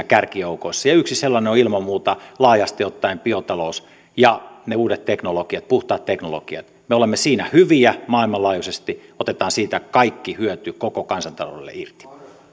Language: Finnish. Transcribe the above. kärkijoukoissa yksi sellainen on ilman muuta laajasti ottaen biotalous ja ne uudet teknologiat puhtaat teknologiat me olemme siinä hyviä maailmanlaajuisesti otetaan siitä kaikki hyöty koko kansantaloudelle irti